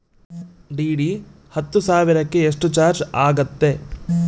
DD ಹತ್ತು ಸಾವಿರಕ್ಕೆ ಎಷ್ಟು ಚಾಜ್೯ ಆಗತ್ತೆ?